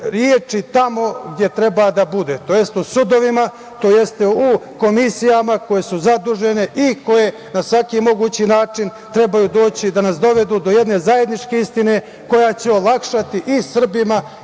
reči tamo gde treba da bude, tj. u sudovima, tj. u komisijama koje su zadužene i koje na svaki mogući način trebaju doći da nas dovedu do jedne zajedničke istine koja će olakšati i Srbima